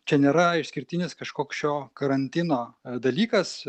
čia nėra išskirtinis kažkoks šio karantino dalykas